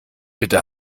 bitte